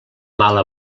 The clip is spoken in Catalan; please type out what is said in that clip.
mala